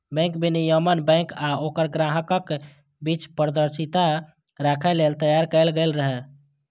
bank विनियमन bank आ ओकर ग्राहकक बीच पारदर्शिता राखै लेल तैयार कैल गेल छै